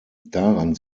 daran